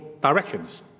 directions